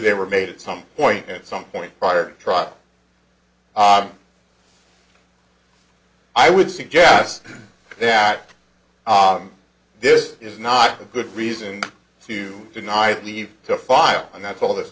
they were made at some point at some point prior to trial i would suggest that this is not a good reason to deny leave to file and that's all th